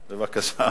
בבקשה.